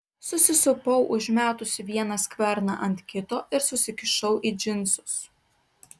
susisupau užmetusi vieną skverną ant kito ir susikišau į džinsus